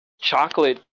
Chocolate